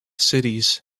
cities